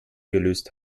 gelöst